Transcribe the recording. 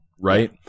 right